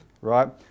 right